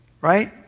right